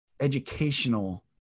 educational